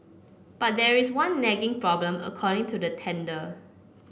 but there is one nagging problem according to the tender